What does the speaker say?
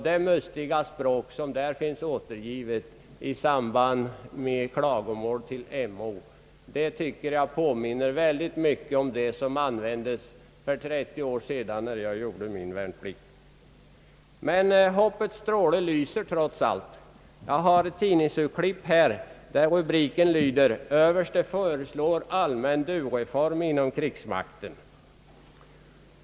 Det mustiga språk som där finns återgivet i samband med redogörelsen för klagomål till MO påminner väldigt mycket om det som användes för 30 år sedan när jag gjorde min värnplikt. Men hoppets stråle lyser trots allt. Jag har här ett tidningsurklipp med rubriken »Överste föreslår allmän dureform inom krigsmakten».